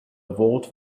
vault